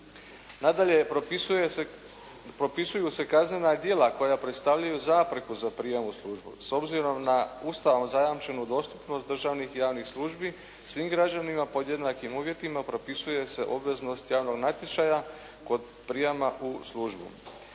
Nadalje, propisuju se kaznena djela koja predstavljaju zapreku za prijam u službu. S obzirom na Ustavom zajamčenu dostupnost državnih javnih službi svim građanima pod jednakim uvjetima propisuje se obveznost javnog natječaja kod prijama u službu.